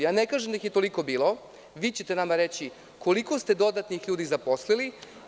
Ne kažem da ih je toliko bilo, vi ćete nama reći koliko ste dodatnih ljudi zaposlili.